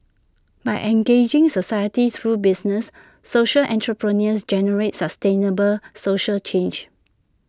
by engaging society through business social entrepreneurs generate sustainable social change